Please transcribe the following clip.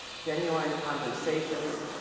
genuine conversations,